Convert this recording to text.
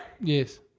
Yes